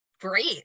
Great